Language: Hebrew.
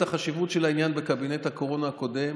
החשיבות של העניין בקבינט הקורונה הקודם,